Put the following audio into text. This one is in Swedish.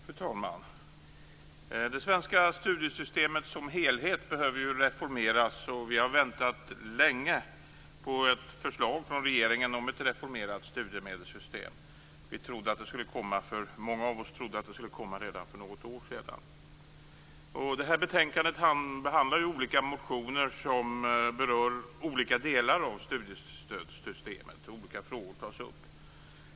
Fru talman! Det svenska studiesystemet som helhet behöver reformeras. Vi har väntat länge på ett förslag från regeringen om ett reformerat studiemedelssystem. Många av oss trodde att det skulle komma redan för något år sedan. Detta betänkande behandlar olika motioner som berör olika delar av studiestödssystemet och olika frågor tas upp.